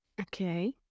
Okay